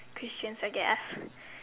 Christians I guess